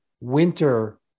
winter